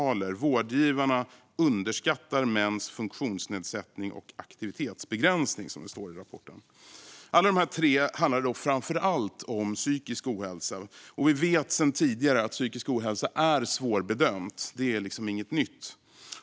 I rapporten står att vårdgivarna underskattar mäns funktionsnedsättning och aktivitetsbegränsning. Alla de tre förklaringarna handlar framför allt om psykisk ohälsa. Vi vet sedan tidigare att psykisk ohälsa är svårbedömd - det är inget nytt.